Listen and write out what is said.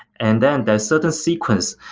and then there's certain sequence.